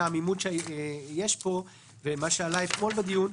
העמימות שיש פה ומה שעלה אתמול בדיון: